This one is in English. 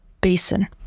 basin